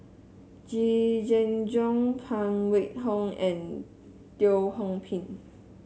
Yee Jenn Jong Phan Wait Hong and Teo Ho Pin